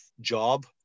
job